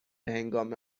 هنگام